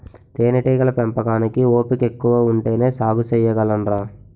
తేనేటీగల పెంపకానికి ఓపికెక్కువ ఉంటేనే సాగు సెయ్యగలంరా